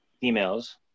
females